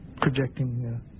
projecting